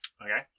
okay